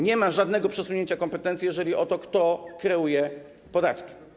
Nie ma żadnego przesunięcia kompetencji, jeżeli chodzi o to, kto kreuje podatki.